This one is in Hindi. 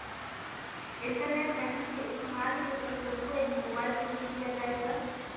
इंटरनेट बैंकिंग के इस्तेमाल के लिए तुमको एक मोबाइल पिन भी दिया जाएगा